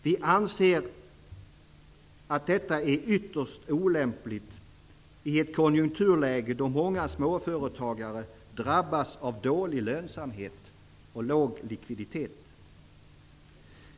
Vi anser att det är ytterst olämpligt i ett konjunkturläge då många småföretagare drabbas av dålig lönsamhet och låg likviditet.